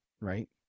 right